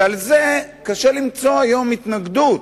ולזה קשה למצוא היום התנגדות.